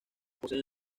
poseen